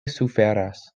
suferas